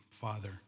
father